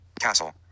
Castle